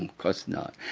and course not.